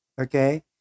okay